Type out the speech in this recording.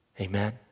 Amen